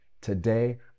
Today